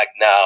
now